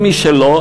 ומי שלא,